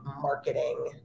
marketing